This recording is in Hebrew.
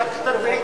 אחר כך את הרביעית.